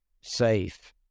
safe